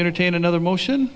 entertain another motion